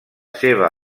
seva